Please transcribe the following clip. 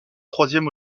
troisième